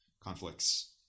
conflicts